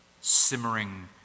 simmering